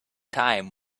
time